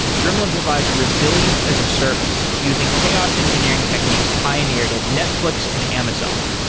gremlin provides resilience as a service using chaos engineering techniques pioneered at netflix and amazon.